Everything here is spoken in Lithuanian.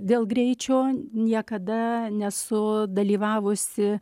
dėl greičio niekada nesu dalyvavusi